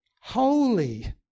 holy